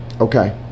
Okay